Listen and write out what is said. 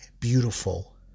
beautiful